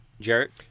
Jared